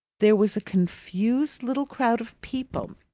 there was a confused little crowd of people,